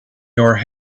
your